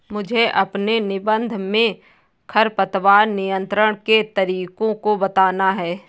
मुझे अपने निबंध में खरपतवार नियंत्रण के तरीकों को बताना है